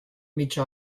mitja